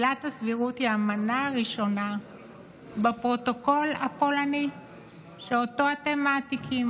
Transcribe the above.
עילת הסבירות היא המנה הראשונה בפרוטוקול הפולני שאותו אתם מעתיקים.